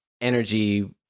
energy